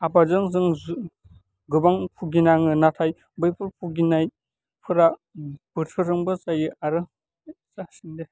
आबादजों जों गोबां फुगिनाङो नाथाय बैफोर भुगिनायफोरा बोथोरजोंबो जायो आरो जासिगोन दे